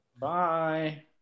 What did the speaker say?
Bye